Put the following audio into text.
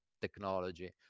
technology